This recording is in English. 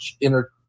inner